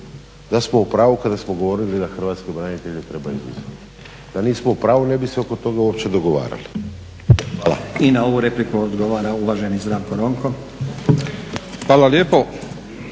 da smo u pravu kada smo govorili da hrvatskih branitelje treba izuzeti. Da nismo u pravu ne bi se oko toga uopće dogovarali. Hvala. **Stazić, Nenad (SDP)** I na ovu repliku odgovara uvaženi Zdravko Ronko. **Ronko,